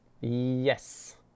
Yes